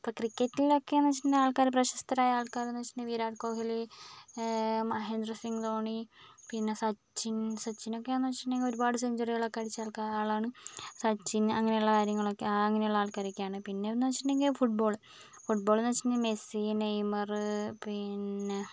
ഇപ്പോൾ ക്രിക്കറ്റിലൊക്കെന്ന് വെച്ചിട്ടുണ്ടെങ്കിൽ ആൾക്കാർ പ്രശസ്തരായ ആൾക്കാരെന്ന് വെച്ചിട്ടുണ്ടെങ്കിൽ വിരാട് കോഹ്ലി മഹേന്ദ്ര സിംഗ് ധോണി പിന്നെ സച്ചിൻ സച്ചിനൊക്കെയാന്ന് വെച്ചിട്ടുണ്ടെങ്കിൽ ഒരുപാട് സെഞ്ചുറികളൊക്കെ അടിച്ച ആളാണ് സച്ചിൻ അങ്ങനെയുള്ള കാര്യങ്ങളൊക്കെ അങ്ങനെയുള്ള ആൾക്കാരൊക്കെയാണ് പിന്നെന്ന് വെച്ചിട്ടുണ്ടെങ്കിൽ ഫുട്ബോൾ ഫുട്ബോൾന്ന് വെച്ചിട്ടുണ്ടെങ്കിൽ മെസ്സി നെയ്മർ പിന്നെ